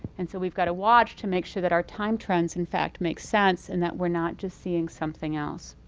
and so we've got to watch to make sure that our time trends in fact make sense and that we're not just seeing something else.